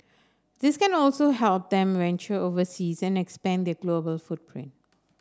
this also help them venture overseas and expand their global footprint